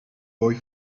boy